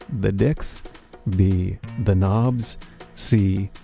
the dicks b. the nobs c.